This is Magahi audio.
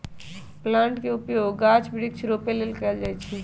प्लांट के उपयोग गाछ वृक्ष रोपे लेल कएल जाइ छइ